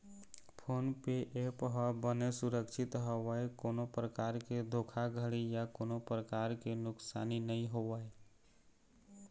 phone पे app ह बनेच सुरक्छित हवय कोनो परकार के धोखाघड़ी या कोनो परकार के नुकसानी नइ होवय